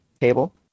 table